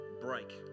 break